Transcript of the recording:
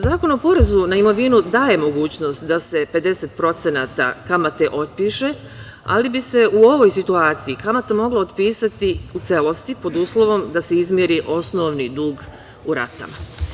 Zakon o porezu na imovinu daje mogućnost da se 50% kamate otpiše, ali bi se u ovoj situaciji kamata mogla otpisati u celosti pod uslovom da se izmiri osnovni dug u ratama.